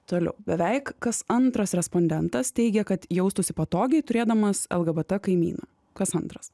toliau beveik kas antras respondentas teigia kad jaustųsi patogiai turėdamas lg bt kaimyną kas antras